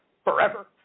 Forever